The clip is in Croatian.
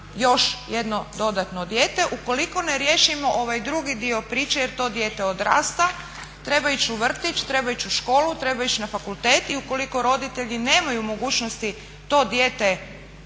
još jedno dodatno dijete ukoliko ne riješimo ovaj drugi dio priče jer to dijete odrasta, treba ići u vrtić, treba ići u školu, treba ići na fakultet. I ukoliko roditelji nemaju mogućnosti to dijete, dakle